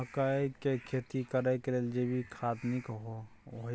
मकई के खेती करेक लेल जैविक खाद नीक होयछै?